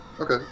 Okay